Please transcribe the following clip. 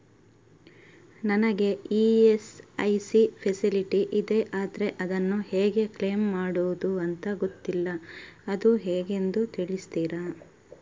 ನನಗೆ ESIC facility ಇದೆ ಆದ್ರೆ ಅದನ್ನು ಹೇಗೆ ಕ್ಲೇಮ್ ಮಾಡೋದು ಅಂತ ಗೊತ್ತಿಲ್ಲ ಅದು ಹೇಗೆಂದು ತಿಳಿಸ್ತೀರಾ?